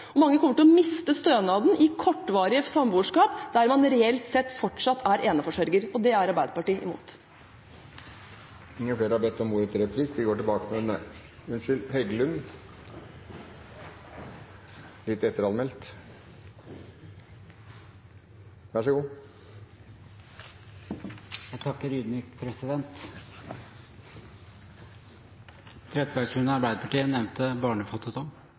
at mange kvier seg for å inngå nye forhold, og mange kommer til å miste stønaden i kortvarige samboerskap der man reelt sett fortsatt er eneforsørger. Og det er Arbeiderpartiet imot. Trettebergstuen og Arbeiderpartiet nevnte barnefattigdom.